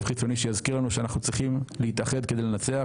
חיצוני שיזכיר לנו שאנחנו צריכים להתאחד כדי לנצח,